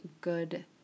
good